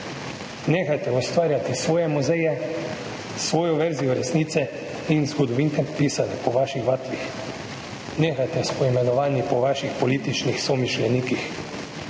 Nehajte ustvarjati svoje muzeje, svojo verzijo resnice in zgodovine, pisane po vaših vatlih, nehajte s poimenovanji po svojih političnih somišljenikih.